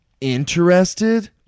Interested